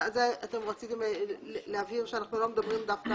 רציתם להבהיר שאנחנו לא מדברים דווקא